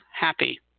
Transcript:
Happy